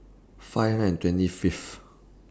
five and twenty Fifth